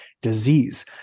disease